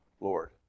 Lord